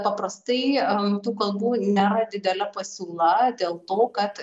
paprastai tų kalbų nėra didelė pasiūla dėl to kad